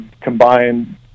combined